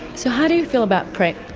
so how do you feel about prep?